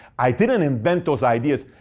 i didn't invent those ideas.